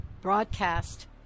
broadcast